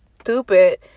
stupid